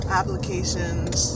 applications